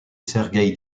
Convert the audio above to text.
sergueï